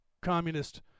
communist